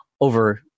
over